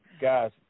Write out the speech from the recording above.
guys